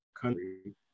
country